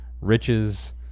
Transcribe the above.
riches